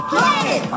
Planet